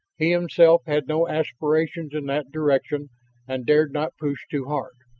he himself had no aspirations in that direction and dared not push too hard.